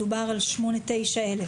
מדובר על 8,000 9,000?